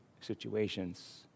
situations